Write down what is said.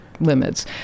limits